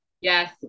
yes